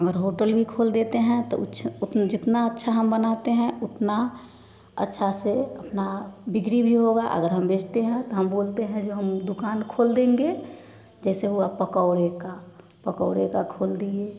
और होटल भी खोल देते हैं त उच्छ जितना अच्छा हम बनाते हैं उतना अच्छा से अपना बिक्री भी होगा अगर हम बेजते हैं त हम बोलते हैं जो हम दुकान खोल देंगे जैसे हुआ पकौड़े का पकौडे़ का खोल दिए